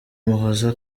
muhoozi